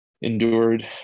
endured